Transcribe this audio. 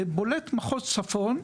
בולט מחוז צפון,